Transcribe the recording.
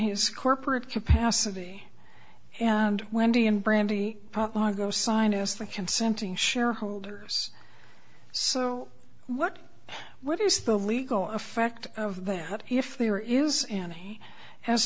his corporate capacity and wendy and brandy go sign asked for consenting shareholders so what what is the legal effect of that if there is and he has